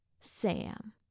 Sam